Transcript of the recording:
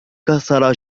كسر